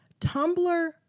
Tumblr